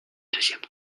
deuxième